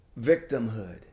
victimhood